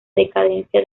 decadencia